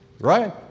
right